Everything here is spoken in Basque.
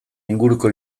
inguruko